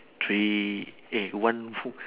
three eh one